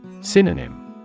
Synonym